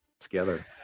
together